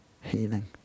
healing